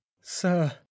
sir